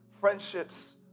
friendships